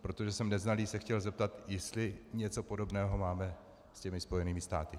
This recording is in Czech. Protože jsem neznalý, tak jsem se chtěl zeptat, jestli něco podobného máme se Spojenými státy.